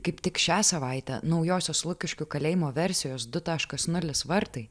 kaip tik šią savaitę naujosios lukiškių kalėjimo versijos du taškas nulis vartai